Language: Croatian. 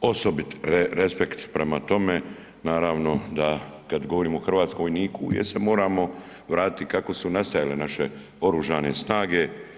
osobit respekt prema tome, naravno da kada govorimo o hrvatskom vojniku uvijek se moramo vratiti kako su nastajale naše Oružane snage.